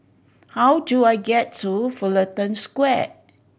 how do I get to Fullerton Square